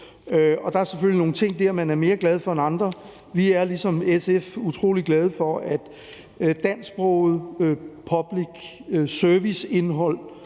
Der er selvfølgelig nogle ting dér, man er mere glad for end andre. Vi er ligesom SF utrolig glade for, at dansksproget public service-indhold,